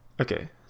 Okay